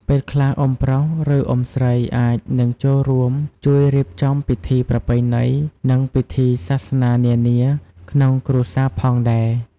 ពេលខ្លះ អ៊ុំប្រុស ឬ អ៊ុំស្រីអាចនឹងចូលរួមជួយរៀបចំពិធីប្រពៃណី និងពិធីសាសនានានាក្នុងគ្រួសារផងដែរ។